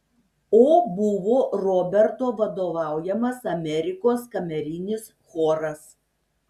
o buvo roberto vadovaujamas amerikos kamerinis choras